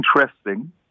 interesting